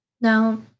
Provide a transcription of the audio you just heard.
Now